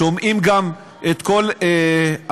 שומעים גם את כל המסתייגים,